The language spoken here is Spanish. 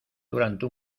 durante